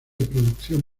producción